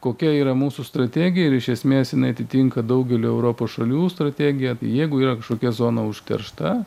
kokia yra mūsų strategija ir iš esmės jinai atitinka daugelio europos šalių strategiją jeigu yra kažkokia zona užteršta